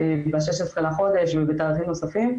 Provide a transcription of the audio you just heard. ב-16 לחודש ובתאריכים נוספים,